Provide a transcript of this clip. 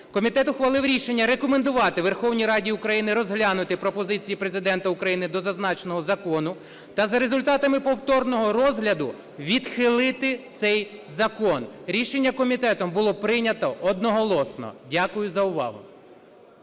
комітет ухвалив рішення рекомендувати Верховній Раді України розглянути пропозиції Президента України до зазначеного закону та за результатами повторного розгляду відхилити цей закон. Рішення комітетом було прийнято одноголосно. Дякую за увагу.